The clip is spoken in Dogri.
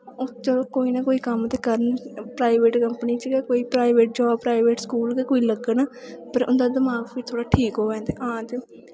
ओह् चलो कोई ना कोई ते कम्म करन प्राईवेट कंपनी च गै कोई प्राईवेट जॉब प्राईवेट स्कूल गै कोई लग्गन पर उं'दा दमाक फिर थोह्ड़ा ठीक होऐ हां ते